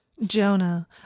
Jonah